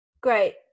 Great